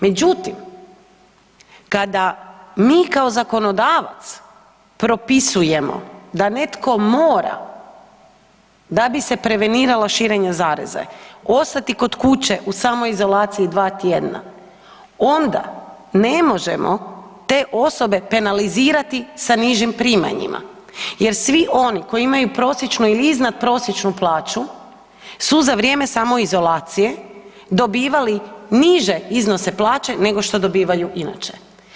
Međutim, kada mi kao zakonodavac propisujemo da netko mora da bi se preveniralo širenje zaraze ostati kod kuće u samoizolaciji dva tjedna onda ne možemo te osobe penalizirati sa nižim primanjima jer svi oni koji imaju prosječnu ili iznad prosječnu plaću su za vrijeme samoizolacije dobivali niže iznose plaće nego što dobivaju inače.